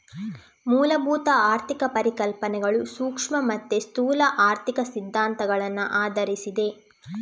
ಮೂಲಭೂತ ಆರ್ಥಿಕ ಪರಿಕಲ್ಪನೆಗಳು ಸೂಕ್ಷ್ಮ ಮತ್ತೆ ಸ್ಥೂಲ ಆರ್ಥಿಕ ಸಿದ್ಧಾಂತಗಳನ್ನ ಆಧರಿಸಿದೆ